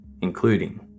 including